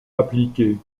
appliquée